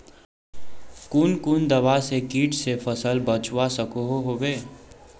कुन कुन दवा से किट से फसल बचवा सकोहो होबे?